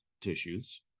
tissues